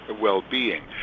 well-being